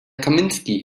kaminski